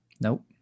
Nope